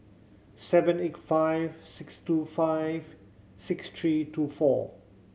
seven eight five six two five six three two four